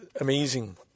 amazing